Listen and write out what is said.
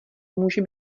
může